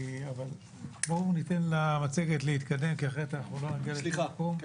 אבל בואו ניתן למצגת להתקדם אחרת לא נגיע לכלום פה.